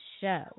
show